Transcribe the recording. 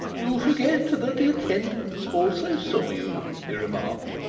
you forget that the attendants also saw you, he remarked.